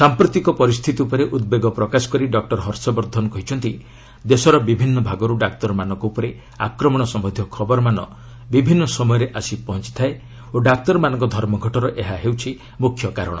ସାଂପ୍ରତିକ ପରିସ୍ଥିତି ଉପରେ ଉଦ୍ବେଗ ପ୍ରକାଶ କରି ଡକ୍ଟର ହର୍ଷ ବର୍ଦ୍ଧନ କହିଛନ୍ତି ଦେଶର ବିଭିନ୍ନ ଭାଗରୁ ଡାକ୍ତରମାନଙ୍କ ଉପରେ ଆକ୍ରମଣ ସମ୍ଭନ୍ଧୀୟ ଖବରମାନ ବିଭିନ୍ନ ସମୟରେ ଆସି ପହଞ୍ଚିଥାଏ ଓ ଡାକ୍ତରମାନଙ୍କ ଧର୍ମଘଟର ଏହା ହେଉଛି ମୁଖ୍ୟ କାରଣ